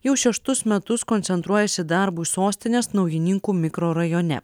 jau šeštus metus koncentruojasi darbui sostinės naujininkų mikrorajone